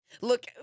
Look